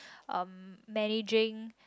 um managing